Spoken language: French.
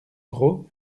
gros